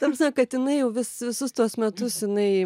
ta psme kad inai jau vis visus tuos metus jinai